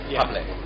public